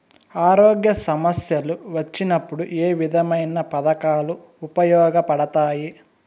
ఆరోగ్య సమస్యలు వచ్చినప్పుడు ఏ విధమైన పథకాలు ఉపయోగపడతాయి